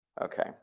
Okay